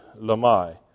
Lamai